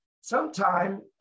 sometime